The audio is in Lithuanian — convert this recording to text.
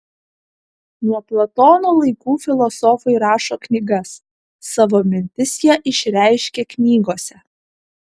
nuo platono laikų filosofai rašo knygas savo mintis jie išreiškia knygose